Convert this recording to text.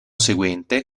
seguente